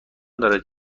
دارد